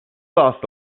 lost